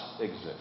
exist